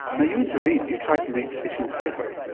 now you intervened, you tried to make fishing safer.